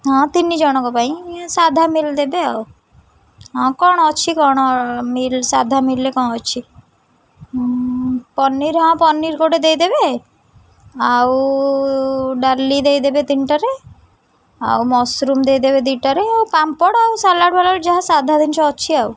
ହଁ ତିନିଜଣଙ୍କ ପାଇଁ ସାଧା ମିଲ୍ ଦେବେ ଆଉ ହଁ କ'ଣ ଅଛି କ'ଣ ମିଲ୍ ସାଧା ମିଲ୍ରେ କ'ଣ ଅଛି ପନିର ହଁ ପନିର ଗୋଟିଏ ଦେଇଦେବେ ଆଉ ଡାଲି ଦେଇଦେବେ ତିନିଟାରେ ଆଉ ମସରୁମ୍ ଦେଇଦେବେ ଦୁଇଟାରେ ଆଉ ପାମ୍ପଡ଼ ଆଉ ସାଲାଡ଼ଫାଲାଡ଼ ଯାହା ସାଧା ଜିନିଷ ଅଛି ଆଉ